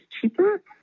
cheaper